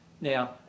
Now